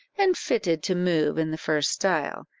and fitted to move in the first style.